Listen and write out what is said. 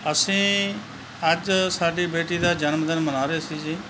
ਅਸੀਂ ਅੱਜ ਸਾਡੀ ਬੇਟੀ ਦਾ ਜਨਮ ਦਿਨ ਮਨਾ ਰਹੇ ਸੀ ਜੀ